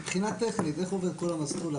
מבחינה טכנית, איך עובר כל המסלול?